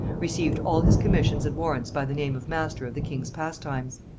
received all his commissions and warrants by the name of master of the king's pastimes.